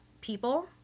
people